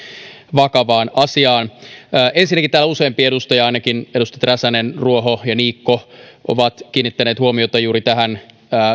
vakavaan asiaan ensinnäkin täällä useampi edustaja ainakin edustajat räsänen ruoho ja niikko ovat kiinnittäneet huomiota juuri tähän